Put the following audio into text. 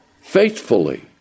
faithfully